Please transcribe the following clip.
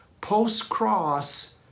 Post-cross